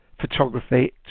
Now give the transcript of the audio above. photography